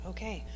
Okay